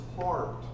heart